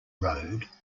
road